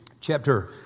chapter